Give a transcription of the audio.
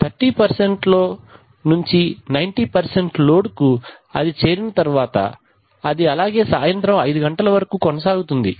30 లోనుంచి 90 లోడుకు చేరిన తర్వాత అది అలాగే సాయంత్రం 5 గంటల వరకు కొనసాగుతుంది